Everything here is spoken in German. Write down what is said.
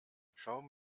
schauen